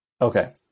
Okay